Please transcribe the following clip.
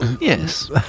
yes